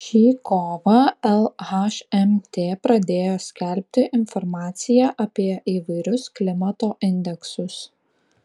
šį kovą lhmt pradėjo skelbti informaciją apie įvairius klimato indeksus